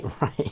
right